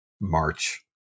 march